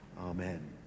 Amen